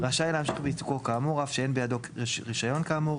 רשאי להמשיך בעיסוקו כאמור אף שאין בידו רישיון כאמור,